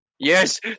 Yes